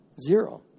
Zero